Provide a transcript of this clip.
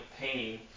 pain